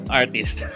artist